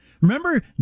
Remember